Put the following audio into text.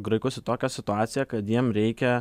graikus į tokią situaciją kad jiem reikia